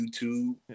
YouTube